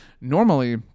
normally